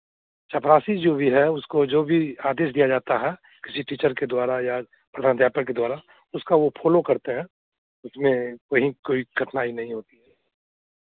चपरासी जो भी है उसको जो भी आदेश दिया जाता है किसी टीचर के द्वारा या प्रधान अध्यापक के द्वारा उसका वो फॉलो करते हैं उसमें कहीं कोई कठिनाई नहीं होती है